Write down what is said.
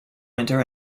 winter